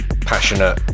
passionate